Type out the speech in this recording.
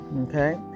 Okay